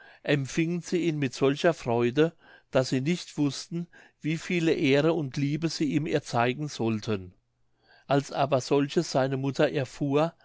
empfingen sie ihn mit solcher freude daß sie nicht wußten wie viele ehre und liebe sie ihm erzeigen sollten als aber solches seine mutter erfuhr